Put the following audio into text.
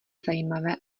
zajímavé